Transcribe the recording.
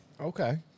Okay